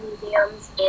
museums